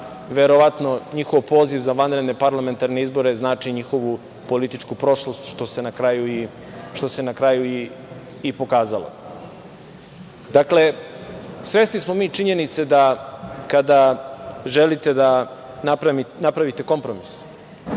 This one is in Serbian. verovatno njihov poziv za vanredne parlamentarne izbore znači njihovu političku prošlost, što se na kraju i pokazalo. Dakle, svesni smo mi činjenice da kada želite da napravite kompromis,